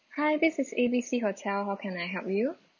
hi this is A B C hotel how can I help you